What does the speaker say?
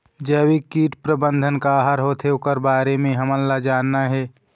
जैविक कीट प्रबंधन का हर होथे ओकर बारे मे हमन ला जानना हे?